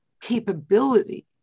capability